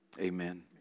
Amen